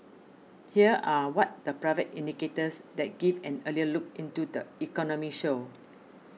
here are what the private indicators that give an earlier look into the economy show